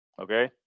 Okay